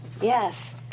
Yes